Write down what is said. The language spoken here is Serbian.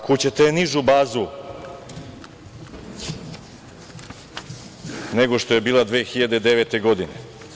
Kud ćete nižu bazu nego što je bila 2009. godine?